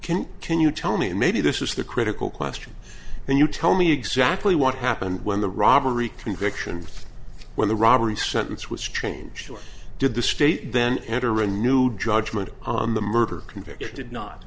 can can you tell me maybe this is the critical question and you tell me exactly what happened when the robbery conviction when the robbery sentence was changed or did the state then enter a new judgment on the murder convicted not